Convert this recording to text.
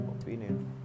opinion